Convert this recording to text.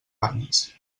banyes